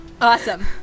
Awesome